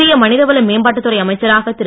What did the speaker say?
புதிய மனிதவள மேம்பாட்டுத்துறை அமைச்சராக திரு